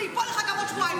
זה ייפול לך גם בעוד שבועיים.